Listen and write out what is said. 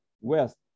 West